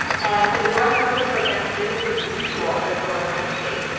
and so the growing protests are against business as usual in the authoritarian state.